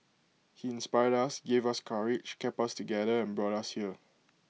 he inspired us gave us courage kept us together and brought us here